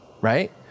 right